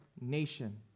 nation